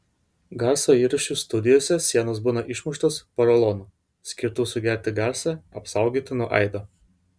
garso įrašų studijose sienos būna išmuštos porolonu skirtu sugerti garsą apsaugoti nuo aido